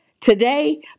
today